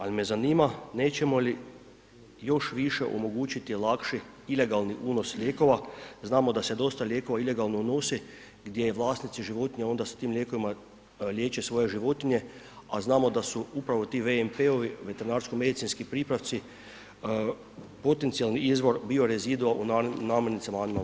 Ali, me zanima, nećemo li još više omogućiti lakši ilegalni unos lijekova, znamo da se dosta lijekova ilegalno unosi, gdje vlasnici životinja onda s tim lijekovima liječe svoje životinje, a znamo da su upravo ti VMP-ovi, veterinarsko medicinski pripravci, potencijalni izvor biorezidue u namjernicama … podrijetla.